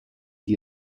the